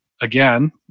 again